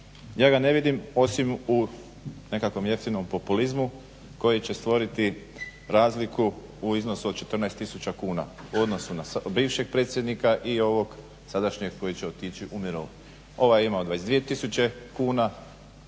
Ja ga ne vidim osim u nekakvom jeftinom populizmu koji će stvoriti razliku u iznosu od 14 tisuća kuna u odnosu na bivšeg predsjednika i ovog sadašnjeg koji će otići u mirovinu. Ovaj je imamo 22 tisuće